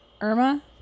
irma